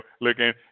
looking